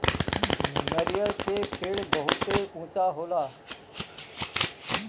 नरियर के पेड़ बहुते ऊँचा होला